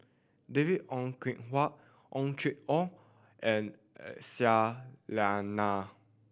David Ong Kim Huat Ong Chim Or and Aisyah Lyana